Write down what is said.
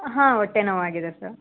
ಹಾಂ ಹೊಟ್ಟೆ ನೋವಾಗಿದೆ ಸರ್